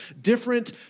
different